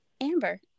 Amber